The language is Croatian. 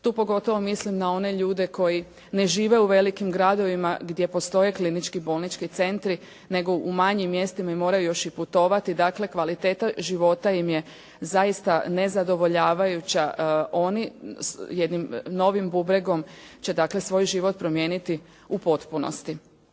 tu pogotovo mislim na one ljude koji ne žive u velikim gradovima gdje postoje klinički bolnički centri nego u manjim mjestima i moraju još i putovati dakle, kvaliteta života im je zaista nezadovoljavajuća. Oni jednim novim bubregom će dakle, svoj život promijeniti u potpunosti.